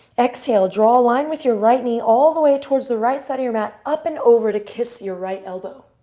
exhale. draw a line with your right knee, all the way towards the right side of your mat, up and over to kiss your right elbow.